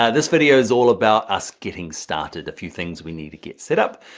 ah this video is all about us getting started, a few things we need to get setup.